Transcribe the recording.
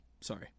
Sorry